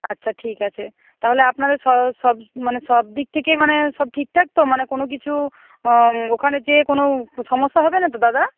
আচ্ছা ঠিক আছে তাহলে আপনারা সব মানে সব দিক থেকেই মানে সব ঠিকঠাক তো মানে কোনো কিছু ওখানে গিয়ে কোনো সমস্যা হবে না তো দাদা